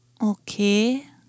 Okay